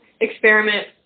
experiment